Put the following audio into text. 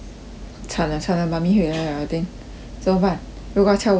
惨 liao 惨 liao mummy 回来 liao 怎么办如果她敲我们的门怎么办